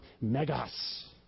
megas